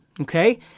okay